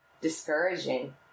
discouraging